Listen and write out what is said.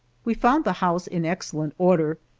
we found the house in excellent order,